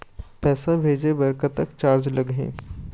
पैसा भेजे बर कतक चार्ज लगही?